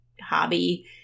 hobby